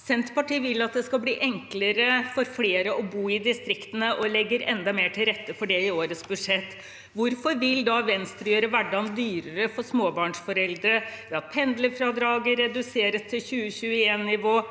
Senterpartiet vil at det skal bli enklere for flere å bo i distriktene, og legger enda mer til rette for det i årets budsjett. Hvorfor vil da Venstre gjøre hverdagen dyrere for småbarnsforeldre ved å redusere pendlerfradraget til 2021-nivå,